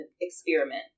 experiment